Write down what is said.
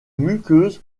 muqueuses